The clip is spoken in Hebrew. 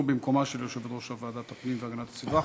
בוועדת החינוך, התרבות והספורט.